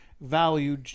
value